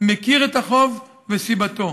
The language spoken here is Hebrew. מכיר את החוב וסיבתו.